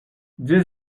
dix